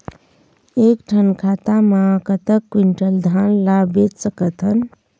एक ठन खाता मा कतक क्विंटल धान ला बेच सकथन?